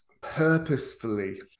purposefully